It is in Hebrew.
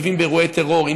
מגיבים באירועי טרור,